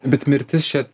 bet mirtis čia